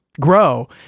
grow